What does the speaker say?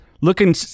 Looking